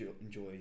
enjoy